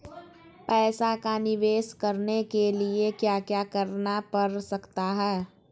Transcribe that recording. पैसा का निवेस करने के लिए क्या क्या करना पड़ सकता है?